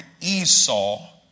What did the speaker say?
Esau